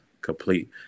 complete